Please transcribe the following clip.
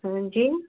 हाँ जी